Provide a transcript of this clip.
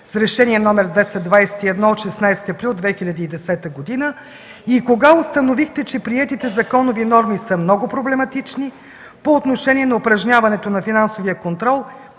с Решение № 221 от 16 април 2010 г., и кога установихте, че приетите законови норми са много проблематични по отношение на упражняването на финансовия контрол